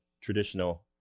traditional